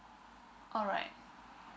alright